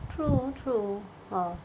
true true oh